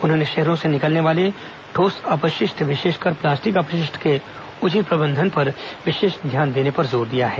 उन्होंने शहरों से निकलने वाले ठोस अपशिष्ट विशेषकर प्लास्टिक अपशिष्ट के उचित प्रबंधन पर विशेष ध्यान देने पर जोर दिया है